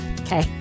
Okay